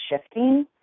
shifting